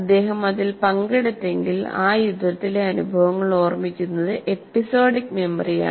അദ്ദേഹം അതിൽ പങ്കെടുത്തെങ്കിൽ ആ യുദ്ധത്തിലെ അനുഭവങ്ങൾ ഓർമ്മിക്കുന്നത് എപ്പിസോഡിക് മെമ്മറിയാണ്